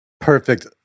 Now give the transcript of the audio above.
Perfect